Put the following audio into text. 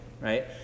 right